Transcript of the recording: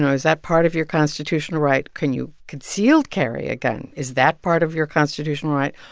and is that part of your constitutional right? can you concealed carry a gun? is that part of your constitutional right?